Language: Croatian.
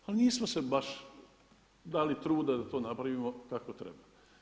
Ali nismo si baš dali truda da to napravimo kako treba.